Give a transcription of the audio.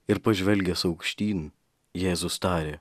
ir pažvelgęs aukštyn jėzus tarė